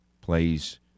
plays